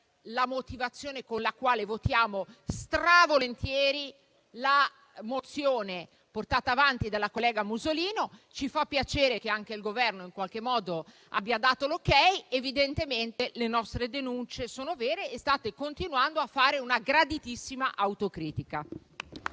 la motivazione con la quale voteremo molto volentieri la mozione portata avanti dalla collega Musolino. Ci fa piacere che anche il Governo, in qualche modo, abbia dato l'*ok*. Evidentemente le nostre denunce sono vere e state continuando a fare una graditissima autocritica.